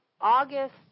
August